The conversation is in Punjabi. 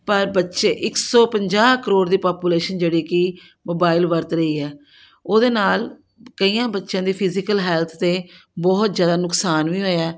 ਪਰ ਬੱਚੇ ਇੱਕ ਸੌ ਪੰਜਾਹ ਕਰੋੜ ਦੀ ਪਾਪੂਲੇਸ਼ਨ ਜਿਹੜੀ ਕਿ ਮੋਬਾਈਲ ਵਰਤ ਰਹੀ ਹੈ ਉਹਦੇ ਨਾਲ ਕਈਆਂ ਬੱਚਿਆਂ ਦੀ ਫਿਜੀਕਲ ਹੈਲਥ 'ਤੇ ਬਹੁਤ ਜ਼ਿਆਦਾ ਨੁਕਸਾਨ ਵੀ ਹੋਇਆ